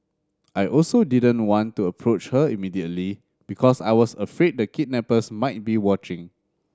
I also didn't want to approach her immediately because I was afraid the kidnappers might be watching